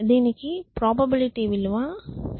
దీనికి ప్రాబబిలిటీ విలువ 0